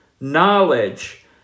knowledge